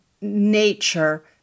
nature